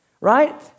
right